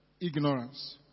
Ignorance